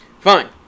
Fine